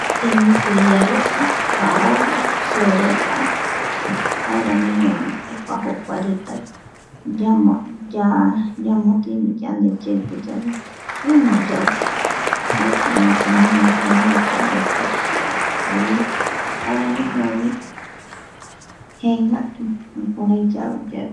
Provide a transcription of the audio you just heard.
Temiti iareta, kaovi, soo reta jaeramiñovi opa jokuareta ñamotini yane yeupe yave ima yau mbaetiko oikomegua jarea kuareta javoi, jaeramiñovi jëëngatu jukurai yau yave.